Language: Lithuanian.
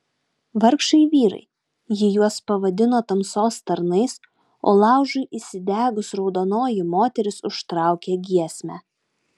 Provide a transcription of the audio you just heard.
vargšai vyrai ji juos pavadino tamsos tarnais o laužui įsidegus raudonoji moteris užtraukė giesmę